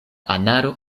anaro